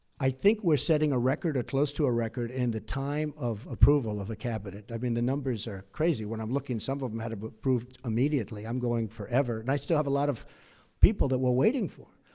i think we're setting a record, or close to a record in the time of approval of a cabinet. i mean, the numbers are crazy. when i'm looking some of them had them approved immediately. i'm going forever, and i still have a lot of people that we're waiting for.